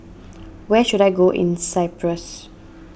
where should I go in Cyprus